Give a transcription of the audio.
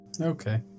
okay